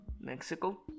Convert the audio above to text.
Mexico